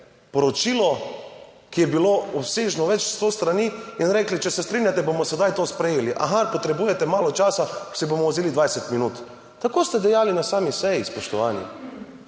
poročilo, ki je bilo obsežno več sto strani in rekli, če se strinjate bomo sedaj to sprejeli. Aha, potrebujete malo časa, si bomo vzeli 20 minut, tako ste dejali na sami seji, spoštovani.